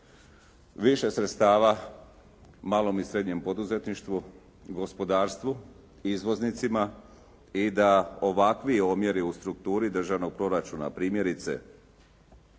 više sredstava malom i srednjem poduzetništvu, gospodarstvu, izvoznicima i da ovakvi omjeri u strukturi državnog proračuna primjerice